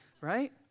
right